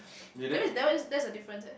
that means there's there's a difference eh